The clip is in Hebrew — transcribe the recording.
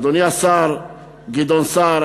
אדוני השר גדעון סער,